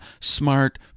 smart